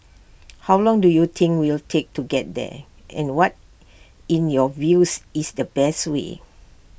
how long do you think we'll take to get there and what in your views is the best way